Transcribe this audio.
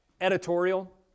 editorial